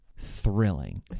thrilling